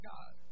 God